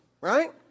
right